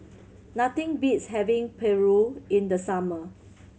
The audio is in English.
nothing beats having paru in the summer